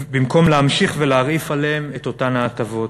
במקום להמשיך ולהרעיף עליהן את אותן ההטבות.